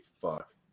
fuck